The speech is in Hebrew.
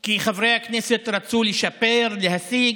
כי חברי הכנסת רצו לשפר, להשיג,